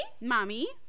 Mommy